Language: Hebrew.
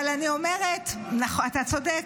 אבל אני אומרת ------ אתה צודק,